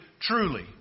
truly